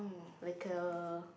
like a